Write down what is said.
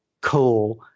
cool